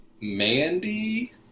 Mandy